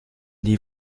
die